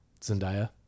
Zendaya